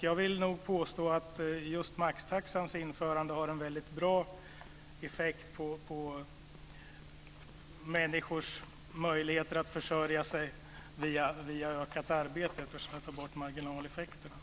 Jag vill nog påstå att just maxtaxans införande har en väldigt god effekt på människors möjligheter att försörja sig via ökat arbete eftersom det tar bort marginaleffekterna.